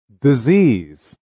Disease